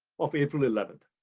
of april eleven.